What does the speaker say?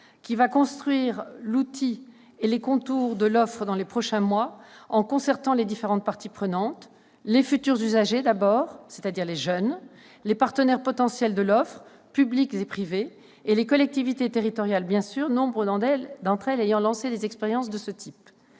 de construire l'outil et de déterminer les contours de l'offre dans les prochains mois, en concertation avec les différentes parties prenantes : les futurs usagers d'abord, c'est-à-dire les jeunes, les partenaires potentiels de l'offre, publics et privés, et les collectivités territoriales, bien sûr, nombre d'entre elles ayant déjà lancé des expériences de ce type.